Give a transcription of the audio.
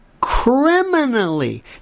criminally